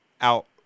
out